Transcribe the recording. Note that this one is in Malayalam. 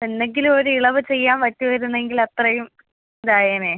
എന്തെങ്കിലും ഒരു ഇളവ് ചെയ്യാൻ പറ്റുമായിരുന്നെങ്കിൽ അത്രയും ഇതായേനെ